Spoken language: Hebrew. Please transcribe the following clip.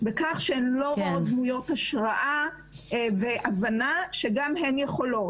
בכך שהן לא רואות דמויות השראה והבנה שגם הן יכולות.